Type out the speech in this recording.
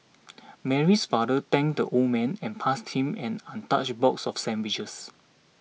Mary's father thanked the old man and passed him an untouched box of sandwiches